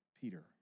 Peter